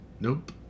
Nope